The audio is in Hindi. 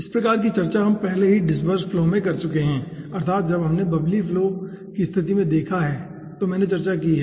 इस प्रकार की कुछ चर्चा हम पहले से ही डिस्पेर्सेड फ्लो में कर चुके हैं अर्थात जब हमने बब्बली फ्लो की स्थिति देखी है तो मैंने चर्चा की है